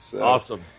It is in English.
Awesome